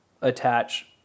attach